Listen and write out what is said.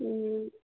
হ্যাঁ